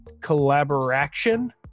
Collaboration